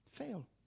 fail